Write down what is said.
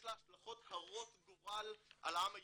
לה השלכות הרות גורל על העם היהודי.